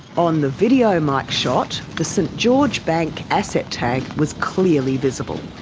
on the video mike shot, the st george bank asset tag was clearly visible,